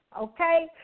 Okay